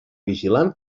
vigilant